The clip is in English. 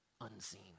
unseen